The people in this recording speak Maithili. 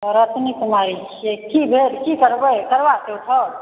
रश्मी कुमारी छियै की भेल की करबै करवाचौथ आओर